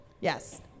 Yes